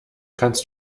kannst